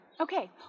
Okay